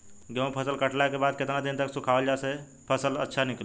गेंहू फसल कटला के बाद केतना दिन तक सुखावला से फसल अच्छा निकली?